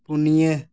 ᱯᱩᱱᱤᱭᱟᱹ